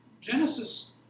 genesis